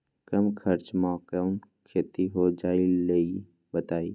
कम खर्च म कौन खेती हो जलई बताई?